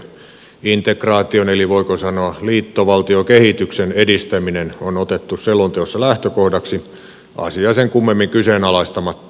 integraation eli voiko sanoa liittovaltiokehityksen edistäminen on otettu selonteossa lähtökohdaksi asiaa sen kummemmin kyseenalaistamatta